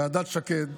ועדת שקד,